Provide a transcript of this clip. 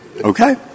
Okay